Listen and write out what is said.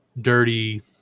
dirty